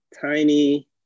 Tiny